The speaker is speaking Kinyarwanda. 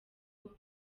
kuko